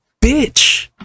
bitch